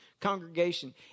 congregation